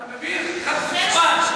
אתה חוצפן.